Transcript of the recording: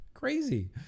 crazy